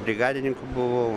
brigadininku buvau